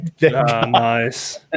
nice